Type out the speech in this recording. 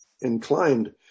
inclined